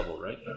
right